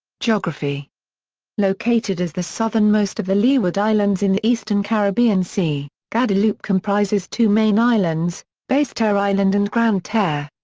geography located as the southernmost of the leeward islands in the eastern caribbean sea, guadeloupe comprises two main islands basse-terre island and grande-terre.